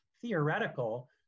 theoretical